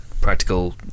practical